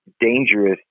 dangerous